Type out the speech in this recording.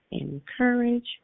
encourage